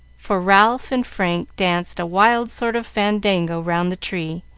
for ralph and frank danced a wild sort of fandango round the tree,